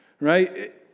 right